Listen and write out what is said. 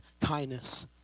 kindness